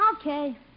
Okay